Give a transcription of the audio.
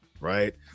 right